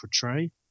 portray